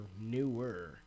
newer